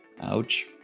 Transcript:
ouch